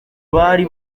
bari